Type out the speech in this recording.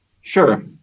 Sure